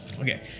Okay